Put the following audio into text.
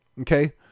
okay